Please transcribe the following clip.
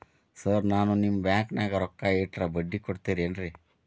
Sir ನಾನು ನಿಮ್ಮ ಬ್ಯಾಂಕನಾಗ ರೊಕ್ಕ ಇಟ್ಟರ ಬಡ್ಡಿ ಕೊಡತೇರೇನ್ರಿ?